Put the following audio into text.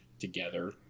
together